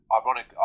Ironic